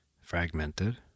fragmented